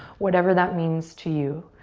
whatever that means to you.